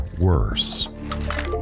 worse